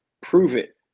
prove-it